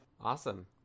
awesome